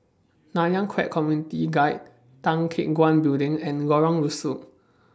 Nanyang Khek Community Guild Tan Teck Guan Building and Lorong Rusuk